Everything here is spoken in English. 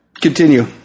Continue